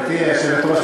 גברתי היושבת-ראש,